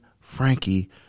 Frankie